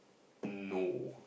no